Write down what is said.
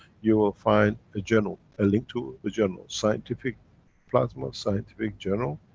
you'll find a journal, a link to a journal, scientific plasma, scientific journal,